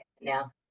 Now